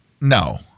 No